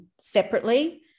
separately